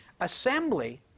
Assembly